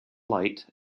light